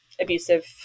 abusive